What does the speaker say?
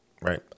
right